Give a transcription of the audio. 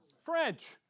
French